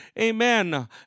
Amen